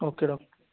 okay doctor